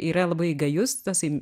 yra labai gajus tasai